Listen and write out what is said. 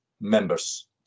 members